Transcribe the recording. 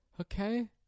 Okay